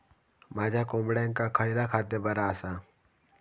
माझ्या कोंबड्यांका खयला खाद्य बरा आसा?